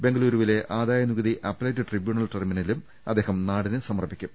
ബെങ്ക ലൂരുവിലെ ആദായ നികുതി അപ്പലേറ്റ് ട്രിബ്യൂണൽ ടെർമിനലും അദ്ദേഹം നാടിന് സമർപ്പിക്കും